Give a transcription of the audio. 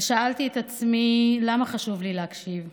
ושאלתי את עצמי: למה חשוב לי להקשיב?